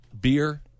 Beer